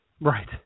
Right